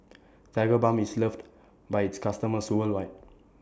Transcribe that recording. Tigerbalm IS loved By its customers worldwide